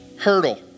hurdle